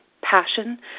passion